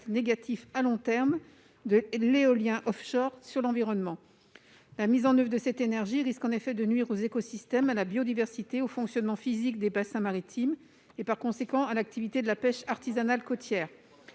négatif à long terme de l'éolien offshore sur l'environnement. La mise en oeuvre de cette énergie risque en effet de nuire aux écosystèmes, à la biodiversité, au fonctionnement physique des bassins maritimes et, par conséquent, à la pêche artisanale côtière.